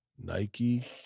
Nike